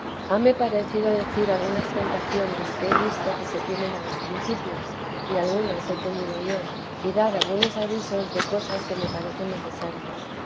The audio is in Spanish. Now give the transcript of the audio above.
provechoso hame parecido decir algunas tentaciones que he visto que se tienen a los principios y algunas he tenido yo y dar algunos avisos de cosas que me parecen necesarias